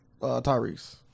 Tyrese